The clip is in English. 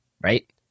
right